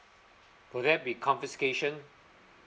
will there be confiscation